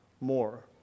more